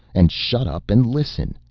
and shut up and listen.